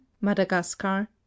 madagascar